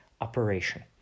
operation